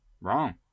Wrong